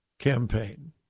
campaign